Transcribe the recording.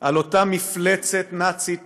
על אותה מפלצת נאצית